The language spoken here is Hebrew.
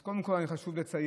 אז קודם כול חשוב לציין